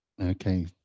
Okay